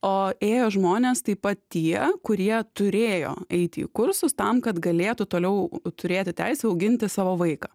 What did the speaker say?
o ėjo žmonės taip pat tie kurie turėjo eiti į kursus tam kad galėtų toliau turėti teisę auginti savo vaiką